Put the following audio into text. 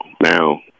Now